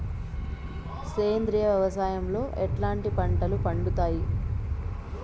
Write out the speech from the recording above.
సేంద్రియ వ్యవసాయం లో ఎట్లాంటి పంటలు పండుతాయి